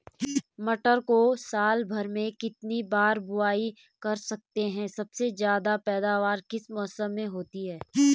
मटर को साल भर में कितनी बार बुआई कर सकते हैं सबसे ज़्यादा पैदावार किस मौसम में होती है?